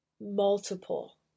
multiple